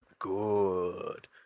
good